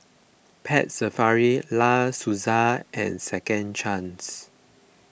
Pet Safari La Senza and Second Chance